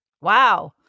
wow